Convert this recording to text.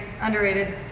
underrated